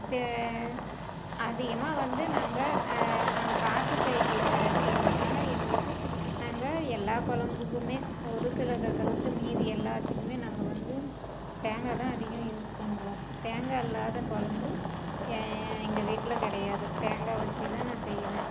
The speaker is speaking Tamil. அதிகமாக வந்து நாங்கள் நாங்கள் காட்டு சைடில் இருக்கிறதனால எங்களுக்கு நாங்கள் எல்லா கொழம்புக்குமே ஒரு சில இதை தவுர்த்து மீதி எல்லாத்துக்கும் நாங்கள் வந்து தேங்காய் தான் அதிகம் யூஸ் பண்ணுவோம் தேங்காய் இல்லாத கொழம்பு எங்கள் வீட்டில் கிடையாது தேங்காய் வைச்சி தான் நான் செய்வேன்